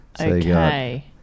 Okay